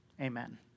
amen